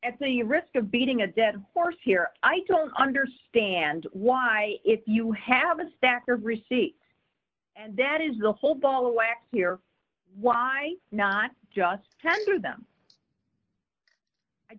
at the risk of beating a dead horse here i don't understand why if you have a stack or a receipt and that is the whole ball of wax here why not just tender them i